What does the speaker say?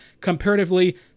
comparatively